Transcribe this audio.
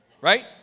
right